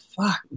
fuck